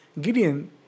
Gideon